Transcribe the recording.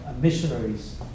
missionaries